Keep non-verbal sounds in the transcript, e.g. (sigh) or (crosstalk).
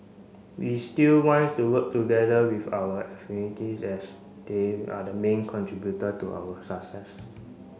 we still wants to work together with our (unintelligible) as they are the main contributor to our success